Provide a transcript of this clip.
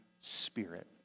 spirit